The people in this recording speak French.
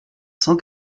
cent